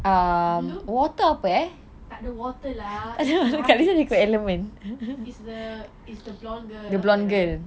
bloom tak ada water lah it's light it's the it's the blonde girl